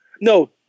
No